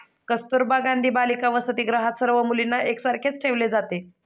कस्तुरबा गांधी बालिका वसतिगृहात सर्व मुलींना एक सारखेच ठेवले जाते